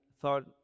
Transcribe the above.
thought